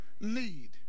need